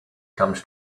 comes